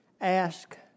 ask